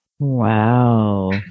Wow